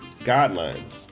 guidelines